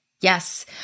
Yes